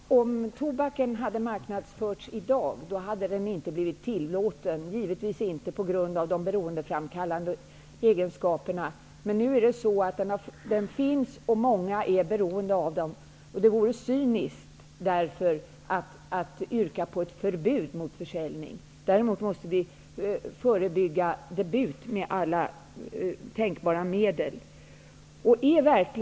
Om tobaken hade marknadsförts i dag hade den inte blivit tillåten, på grund av de beroendeframkallande egenskaperna. Men nu är det så att den finns, och många är beroende av den. Därför vore det cyniskt att yrka på ett förbud mot försäljning. Däremot måste vi med alla tänkbara medel förebygga debut.